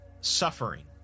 Suffering